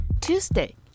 Tuesday